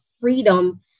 freedom